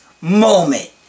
moment